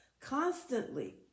constantly